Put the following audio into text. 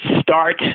start